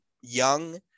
young